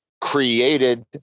created